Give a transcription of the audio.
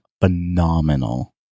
phenomenal